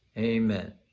Amen